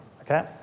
okay